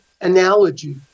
analogy